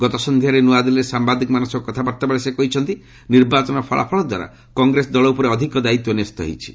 ଗତ ସନ୍ଧ୍ୟାରେ ନୂଆଦିଲ୍ଲୀରେ ସାମ୍ଭାଦିକମାନଙ୍କ ସହ କଥାବାର୍ତ୍ତା ବେଳେ ସେ କହିଛନ୍ତି ଯେ ନିର୍ବାଚନ ଫଳାଫଳ ଦ୍ୱାରା କଂଗ୍ରେସ ଦଳ ଉପରେ ଅଧିକ ଦାୟିତ୍ୱ ନ୍ୟସ୍ତ ହୋଇଛି